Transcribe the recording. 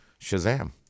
shazam